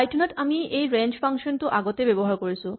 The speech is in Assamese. পাইথন ত আমি এই ৰেঞ্জ ফাংচন টো আগতে ব্যৱহাৰ কৰিছো